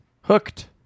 Hooked